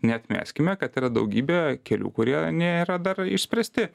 neatmeskime kad yra daugybė kelių kurie nėra dar išspręsti